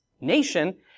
nation